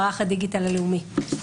מערך הדיגיטל הלאומי.